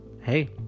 Hey